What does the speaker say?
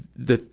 the,